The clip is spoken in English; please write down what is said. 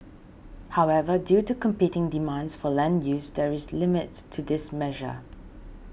however due to competing demands for land use there is a limits to this measure